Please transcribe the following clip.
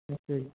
ਅੱਛਾ ਜੀ